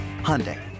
Hyundai